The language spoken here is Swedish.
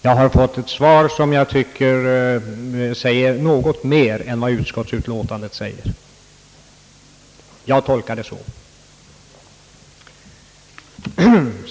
Jag har fått ett svar som jag tycker säger något mera än utskottsutlåtandet. Jag tolkar det så.